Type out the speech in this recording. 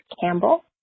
Campbell